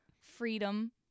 Freedom